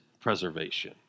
preservation